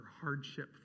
hardship